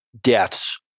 deaths